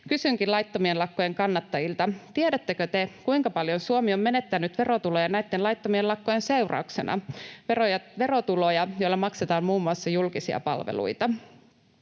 Kysynkin laittomien lakkojen kannattajilta: tiedättekö te, kuinka paljon Suomi on menettänyt verotuloja näitten laittomien lakkojen seurauksena, verotuloja, joilla maksetaan muun muassa julkisia palveluita?